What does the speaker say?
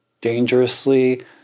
dangerously